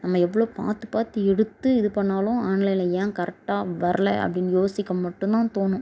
நம்ம எவ்வளோ பார்த்து பார்த்து எடுத்து இது பண்ணாலும் ஆன்லைனில் ஏன் கரெக்டாக வரல அப்படின்னு யோசிக்க மட்டும் தான் தோணும்